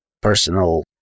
personal